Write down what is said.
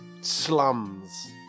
slums